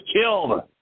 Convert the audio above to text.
killed